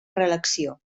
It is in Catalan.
reelecció